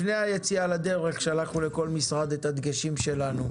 לפני היציאה לדרך שלחנו לכל משרד את הדגשים שלנו.